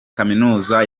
kaminuza